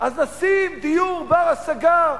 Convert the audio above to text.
אז נשים דיור בר-השגה,